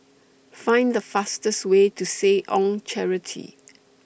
Find The fastest Way to Seh Ong Charity